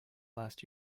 last